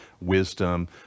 wisdom